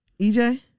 EJ